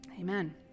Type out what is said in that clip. Amen